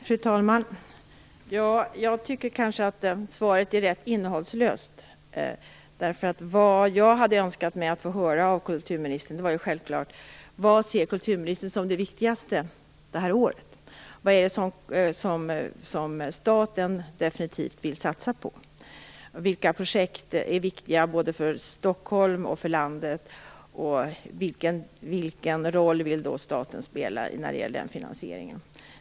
Fru talman! Jag tycker kanske att svaret är rätt innehållslöst. Vad jag hade önskat mig att få höra av kulturministern var självfallet vad kulturministern ser som det viktigaste det här året. Vad är det som staten definitivt kommer att satsa på? Vilka projekt är viktiga både för Stockholm och för landet, och vilken roll vill staten spela när det gäller finansieringen?